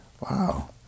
Wow